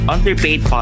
Underpaid